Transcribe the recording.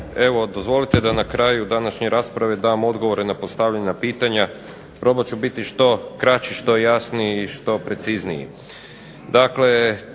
Evo dozvolite da na kraju današnje rasprave dam odgovore na postavljena pitanja. Probat ću biti što kraći, što jasniji i što precizniji.